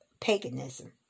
paganism